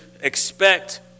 expect